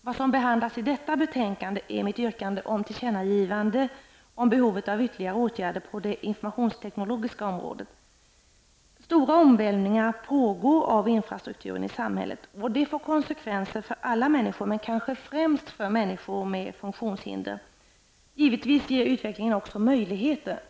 Vad som behandlas i detta betänkande är mitt yrkande om tillkännagivande om behovet av ytterligare åtgärder på det informationsteknologiska området. Stora omvälvningar pågår av infrastrukturen i samhället och detta får konsekvenser för alla människor, men kanske främst för människor med funktionshinder. Givetvis ger utvecklingen också möjligheter.